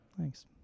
Thanks